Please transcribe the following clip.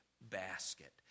basket